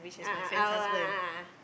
a'ah a'ah our a'ah a'ah